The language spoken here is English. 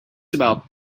about